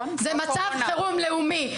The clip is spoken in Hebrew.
זה מצב חירום לאומי.